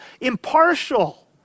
Impartial